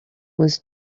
was